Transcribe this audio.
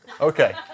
okay